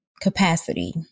capacity